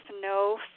no